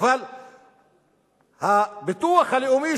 אבל הביטוח הלאומי,